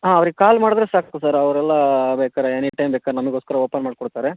ಹಾಂ ಅವ್ರಿಗೆ ಕಾಲ್ ಮಾಡಿದ್ರೆ ಸಾಕು ಸರ್ ಅವರೆಲ್ಲ ಬೇಕಾದ್ರೆ ಎನಿಟೈಮ್ ಬೇಕಾರೆ ನಮಗೋಸ್ಕರ ಓಪನ್ ಮಾಡಿಕೊಡ್ತಾರೆ